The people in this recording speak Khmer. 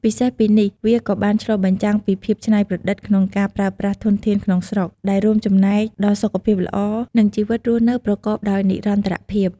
ពិសេសពីនេះ វាក៏បានឆ្លុះបញ្ចាំងពីភាពច្នៃប្រឌិតក្នុងការប្រើប្រាស់ធនធានក្នុងស្រុក ដែលរួមចំណែកដល់សុខភាពល្អ និងជីវិតរស់នៅប្រកបដោយនិរន្តរភាព។